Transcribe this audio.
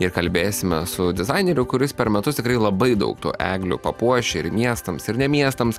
ir kalbėsime su dizaineriu kuris per metus tikrai labai daug tų eglių papuoš ir miestams ir ne miestams